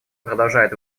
продолжает